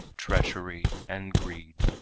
treachery and greed.